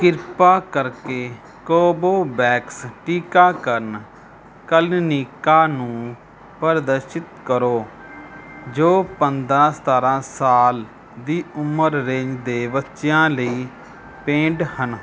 ਕਿਰਪਾ ਕਰਕੇ ਕੋਬੋਬੈਕਸ ਟੀਕਾਕਰਨ ਕਲਨਿਕਾਂ ਨੂੰ ਪ੍ਰਦਰਸ਼ਿਤ ਕਰੋ ਜੋ ਪੰਦਰ੍ਹਾਂ ਸਤਾਰ੍ਹਾਂ ਸਾਲ ਦੀ ਉਮਰ ਰੇਂਜ ਦੇ ਬੱਚਿਆਂ ਲਈ ਪੇਂਡ ਹਨ